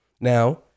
Now